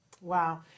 Wow